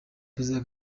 perezida